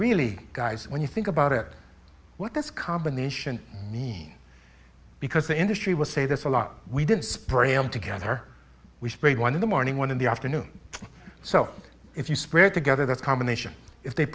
really guys when you think about it what does combination mean because the industry will say there's a lot we didn't spray em together we sprayed one in the morning one in the afternoon so if you spread together this combination if they